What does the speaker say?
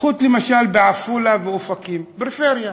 קחו למשל את עפולה ואופקים, פריפריה.